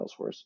Salesforce